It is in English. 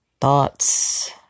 thoughts